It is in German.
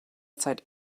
zeit